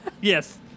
Yes